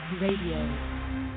Radio